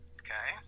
okay